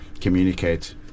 communicate